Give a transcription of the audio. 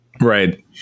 Right